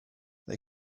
they